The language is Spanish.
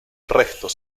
restos